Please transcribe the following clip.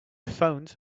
phoned